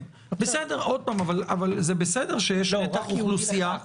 זה בסדר שיש נתח אוכלוסייה --- לא,